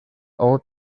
old